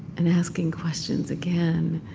and asking questions again,